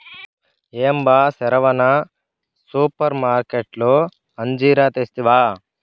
ఏం బా సెరవన సూపర్మార్కట్లో అంజీరా తెస్తివా